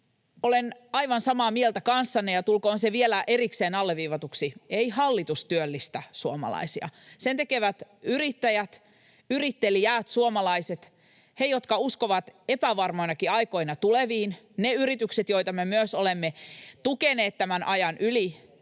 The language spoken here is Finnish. Olen aivan samaa mieltä kanssanne, ja tulkoon se vielä erikseen alleviivatuksi: ei hallitus työllistä suomalaisia. Sen tekevät yrittäjät, yritteliäät suomalaiset, he, jotka uskovat epävarmoinakin aikoina tuleviin, ne yritykset, joita me myös olemme tukeneet tämän ajan yli,